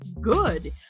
good